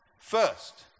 first